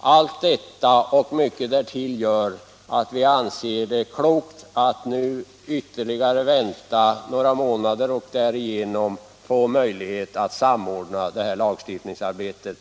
Allt detta och mycket annat därtill gör att vi anser det klokt att nu vänta ytterligare några månader för att därigenom få möjlighet att samordna det här lagstiftningsarbetet.